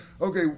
Okay